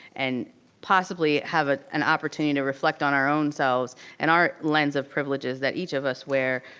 and possibly have ah an opportunity to reflect on our own selves. and our lens of privileges that each of us wear,